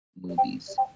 movies